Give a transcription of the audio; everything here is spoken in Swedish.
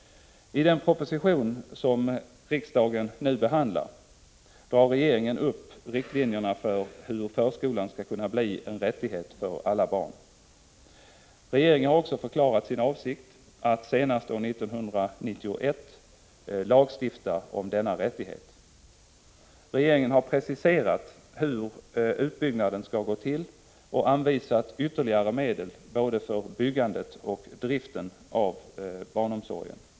I den proposition som riksdagen nu behandlar drar regeringen upp riktlinjerna för hur förskolan skall kunna bli en rättighet för alla barn. Regeringen har också förklarat sin avsikt att senast år 1991 lagstifta om denna rättighet. Regeringen har preciserat hur utbyggnaden skall gå till och anvisat ytterligare medel både för utbyggandet och för driften av barnomsorgen.